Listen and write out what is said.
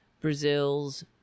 Brazil's